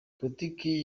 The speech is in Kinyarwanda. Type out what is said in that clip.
politiki